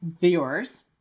viewers